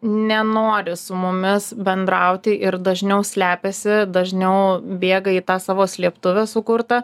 nenori su mumis bendrauti ir dažniau slepiasi dažniau bėga į tą savo slėptuvę sukurtą